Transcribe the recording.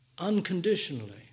unconditionally